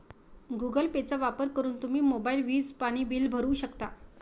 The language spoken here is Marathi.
गुगल पेचा वापर करून तुम्ही मोबाईल, वीज, पाणी बिल भरू शकता